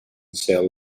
cell